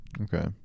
Okay